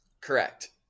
correct